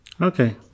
Okay